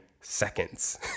seconds